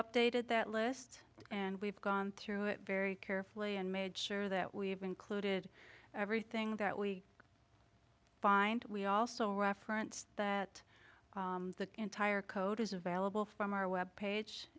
updated that list and we've gone through it very carefully and made sure that we've included everything that we find we also referenced that the entire code is available from our web page